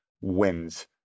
wins